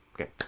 okay